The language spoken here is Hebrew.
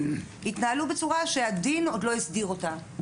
התנהלו בצורה שהדין עוד לא הסדיר אותה.